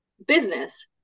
business